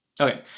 Okay